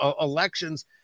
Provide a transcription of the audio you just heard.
elections